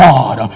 God